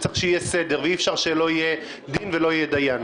שצריך שיהיה סדר ולא שלא יהיה דין ולא דיין.